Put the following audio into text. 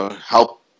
help